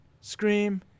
Scream